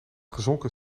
gezonken